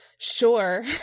Sure